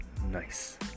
Nice